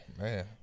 man